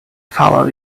follow